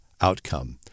outcome